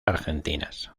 argentinas